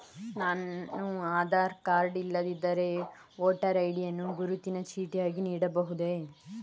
ನಾನು ಆಧಾರ ಕಾರ್ಡ್ ಇಲ್ಲದಿದ್ದರೆ voter ID ಯನ್ನು ಗುರುತಿನ ಚೀಟಿಯಾಗಿ ನೀಡಬಹುದೇ?